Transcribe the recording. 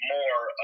more